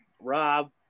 Rob